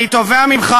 אני תובע ממך,